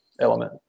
element